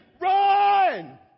run